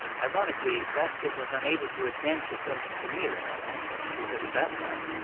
ironically, baskett was unable to attend the film's premier in atlanta, because at that time,